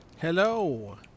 Hello